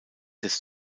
des